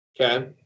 Okay